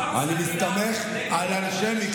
סתם עושה עלילה נגד, אני מסתמך על אנשי מקצוע.